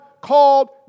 called